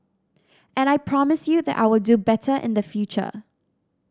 and I promise you that I will do better in the future